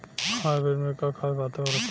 Hybrid में का खास बात होला?